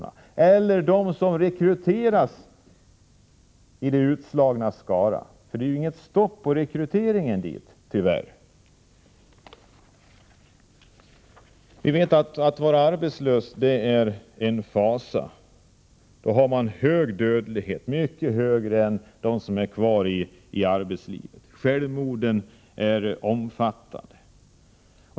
Finns det något hopp för dem som rekryteras till de utslagnas skara? Tyvärr är det ju inget stopp på rekryteringen dit. Att vara arbetslös är en fasa — det vet vi. Dödligheten är hög, mycket högre än bland dem som är kvar i arbetslivet. Självmorden är omfattande.